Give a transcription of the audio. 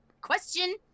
question